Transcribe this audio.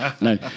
No